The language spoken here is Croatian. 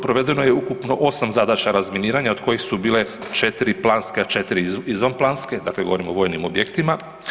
Provedeno je ukupno 8 zadaća razminiranja od kojih su bile 4 planske, a 4 izvan planske, dakle govorimo o vojnim objektima.